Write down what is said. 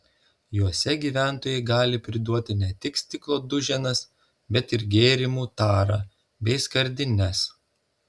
juose gyventojai gali priduoti ne tik stiklo duženas bet ir gėrimų tarą bei skardines